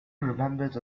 remembered